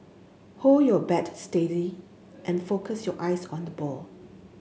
hold your bat steady and focus your eyes on the ball